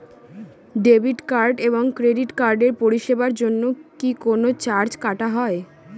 Debit card এবং credit কার্ডের পরিষেবার জন্য কি কোন চার্জ কাটা হয়?